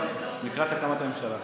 לקראת הקמת הממשלה.